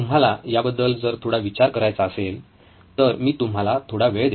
तुम्हाला याबद्दल जर थोडा विचार करायचा असेल तर मी तुम्हाला थोडा वेळ देतो